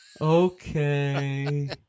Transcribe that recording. Okay